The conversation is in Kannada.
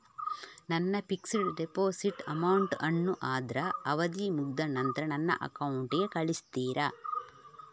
ನನ್ನ ಫಿಕ್ಸೆಡ್ ಡೆಪೋಸಿಟ್ ಅಮೌಂಟ್ ಅನ್ನು ಅದ್ರ ಅವಧಿ ಮುಗ್ದ ನಂತ್ರ ನನ್ನ ಅಕೌಂಟ್ ಗೆ ಕಳಿಸ್ತೀರಾ?